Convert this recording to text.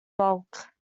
bulk